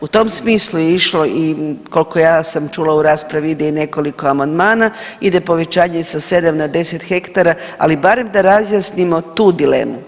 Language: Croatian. U tom smislu je išlo i koliko ja sam čula u raspravi ide i nekoliko amandmana, ide povećanje sa 7 na 10 hektara, ali barem da razjasnimo tu dilemu.